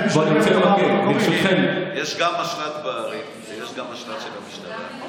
יש גם משל"ט בערים ויש גם משל"ט של המשטרה.